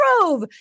prove